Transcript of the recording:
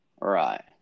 Right